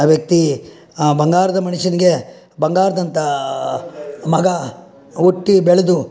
ವ್ಯಕ್ತಿ ಬಂಗಾರದ ಮನುಷ್ಯನಿಗೆ ಬಂಗಾರದಂಥ ಮಗ ಹುಟ್ಟಿ ಬೆಳೆದು